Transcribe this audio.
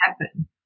happen